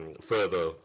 further